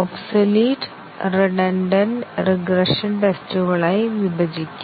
obsolete redundant regression ടെസ്റ്റുകളുമായി വിഭജിക്കാം